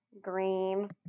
green